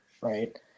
right